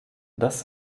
das